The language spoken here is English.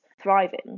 thriving